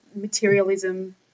materialism